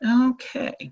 Okay